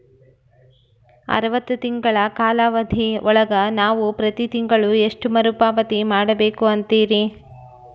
ಅರವತ್ತು ತಿಂಗಳ ಕಾಲಾವಧಿ ಒಳಗ ನಾವು ಪ್ರತಿ ತಿಂಗಳು ಎಷ್ಟು ಮರುಪಾವತಿ ಮಾಡಬೇಕು ಅಂತೇರಿ?